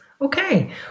Okay